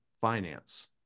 finance